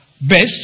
best